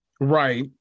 right